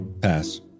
Pass